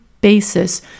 basis